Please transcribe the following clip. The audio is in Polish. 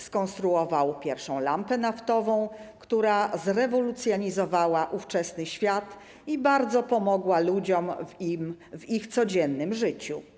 Skonstruował pierwszą lampę naftową, która zrewolucjonizowała ówczesny świat i bardzo pomogła ludziom w ich codziennym życiu.